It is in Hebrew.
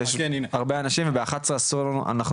כי יש הרבה אנשים וב-11:00 יש מליאה אז אסור לנו להמשיך,